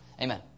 Amen